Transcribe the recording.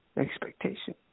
expectation